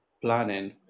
planning